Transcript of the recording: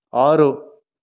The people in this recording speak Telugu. ఆరు